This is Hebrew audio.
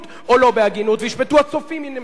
וישפטו הצופים אם אני נהגתי בהגינות.